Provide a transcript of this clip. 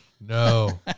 No